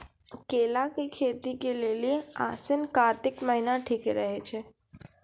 केला के खेती के लेली आसिन कातिक महीना ठीक रहै छै